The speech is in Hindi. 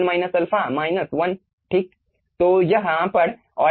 तो यह यहाँ पर ओर्डिनट और एब्सकिसा में दिया गया है